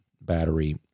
battery